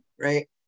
right